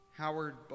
Howard